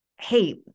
Hey